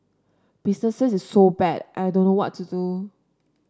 business is so bad I don't know what to do